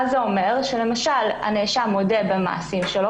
זה אומר שלמשל הנאשם מודה במעשים שלו,